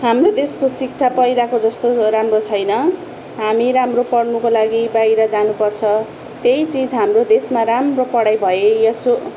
हाम्रो देशको शिक्षा पहिलाको जस्तो राम्रो छैन हामी राम्रो पढ्नुको लागि बाहिर जानुपर्छ त्यही चिज हाम्रो देशमा राम्रो पढाई भएयसो